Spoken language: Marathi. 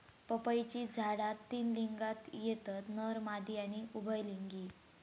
पपईची झाडा तीन लिंगात येतत नर, मादी आणि उभयलिंगी